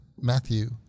Matthew